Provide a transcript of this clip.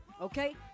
okay